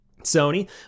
Sony